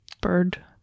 Bird